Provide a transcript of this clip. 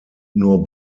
nur